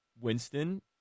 Winston